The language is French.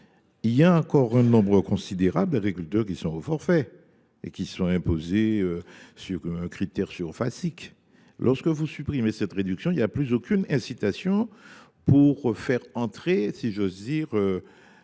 Il y a encore un nombre considérable d’agriculteurs qui sont au forfait et qui sont imposés sur un critère surfacique. Si le Parlement supprime cette réduction, il n’y aura plus aucune incitation pour faire entrer nos